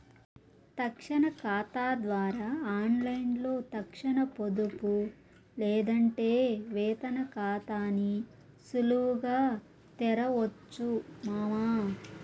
తక్షణ కాతా ద్వారా ఆన్లైన్లో తక్షణ పొదుపు లేదంటే వేతన కాతాని సులువుగా తెరవొచ్చు మామా